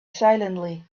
silently